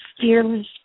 fearless